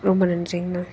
ரொம்ப நன்றிங்கண்ணா